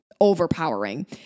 overpowering